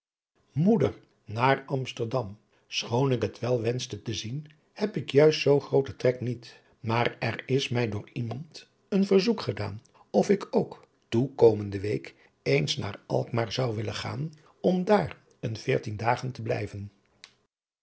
moeder naar amsterdam schoon ik het wel wenschte te zien heb ik juist zoo grooten trek niet maar er is mij door iemand een verzoek gedaan of ik ook toekomende week eens naar alkmaar zou willen gaan om daar een veertien dagen te blijven